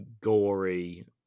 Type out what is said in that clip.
gory